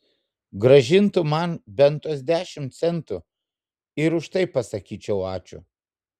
grąžintų man bent tuos dešimt centų ir už tai pasakyčiau ačiū